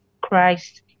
Christ